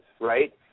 right